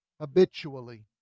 habitually